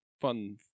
fun